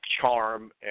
charm